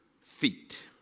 feet